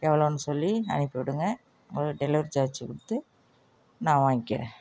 எவ்வளோன்னு சொல்லி அனுப்பி விடுங்க உங்களுக்கு டெலிவரி சார்ஜ் கொடுத்து நான் வாங்கிக்கிறேன்